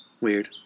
Weird